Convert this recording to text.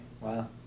wow